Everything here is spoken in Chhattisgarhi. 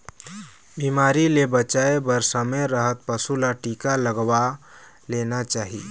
बिमारी ले बचाए बर समे रहत पशु ल टीका लगवा लेना चाही